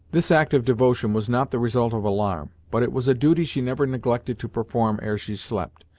this act of devotion was not the result of alarm, but it was a duty she never neglected to perform ere she slept,